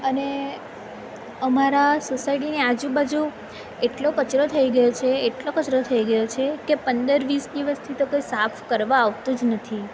અને અમારા સોસાયટીની આજુ બાજુ એટલો કચરો થઈ ગયો છે એટલો કચરો થઈ ગયો છે કે પંદર વીસ દિવસથી તો કોઈ સાફ કરવા આવતું જ નથી